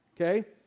okay